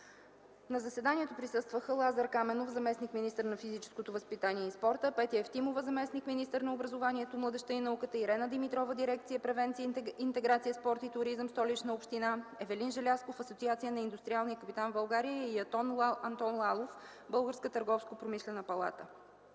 На заседанието присъстваха: Лазар Каменов – заместник-министър на физическото възпитание и спорта, Петя Евтимова – заместник-министър на образованието, младежта и науката, Ирена Димитрова – дирекция „Превенция, интеграция, спорт и туризъм”, Столична община, Евелин Желязков – Асоциация на индустриалния капитал в България, и Антон Лалов – Българска търговско-промишлена палата.